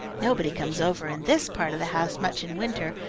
nobody comes over in this part of the house much in winter,